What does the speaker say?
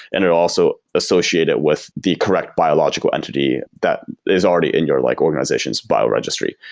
and it also associate it with the correct biological entity that is already in your like organization's bio-registry.